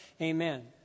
Amen